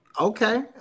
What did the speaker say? Okay